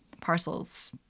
parcels